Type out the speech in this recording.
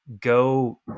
go